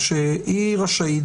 שהיא רשאית,